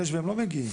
יש והם לא מגיעים,